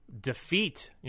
defeat